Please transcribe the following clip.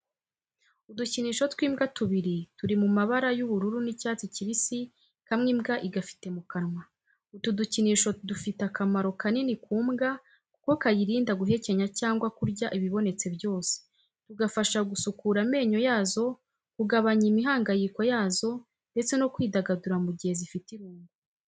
Udukinisho tw'imbwa tubiri turi mu mabara y'ubururu n'icyatsi kibisi, kamwe imbwa igafite mu kanwa. Utu dukinisho dufite akamaro kanini ku mbwa kuko kayirinda guhekenya cyangwa kurya ibibonetse byose, tugafasha gusukura amenyo yazo, kugabanya imihangayiko yazo ndetse no kwidagadura mu gihe zifite irungu.